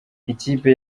ikipe